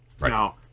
Now